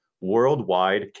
Worldwide